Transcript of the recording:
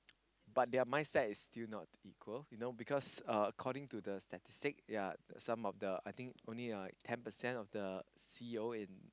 but their mindset is still not equal you know because uh according to the statistic ya some of the I think only like ten percent of the C_E_O in